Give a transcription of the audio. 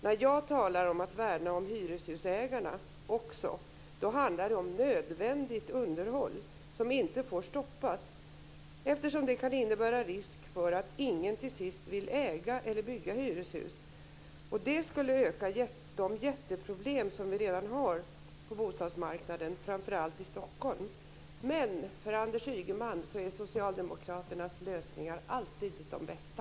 När jag talar om att också värna om hyreshusägarna handlar det om nödvändigt underhåll som inte får stoppas, eftersom det kan innebära en risk för att ingen till sist vill äga eller bygga hyreshus. Det skulle öka de jätteproblem som vi redan har på bostadsmarknaden, framför allt i Stockholm. Men för Anders Ygeman är socialdemokraternas lösningar alltid de bästa.